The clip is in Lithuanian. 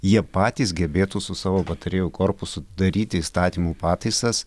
jie patys gebėtų su savo patarėjų korpusu daryti įstatymų pataisas